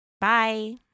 bye